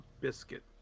biscuit